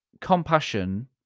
compassion